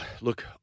Look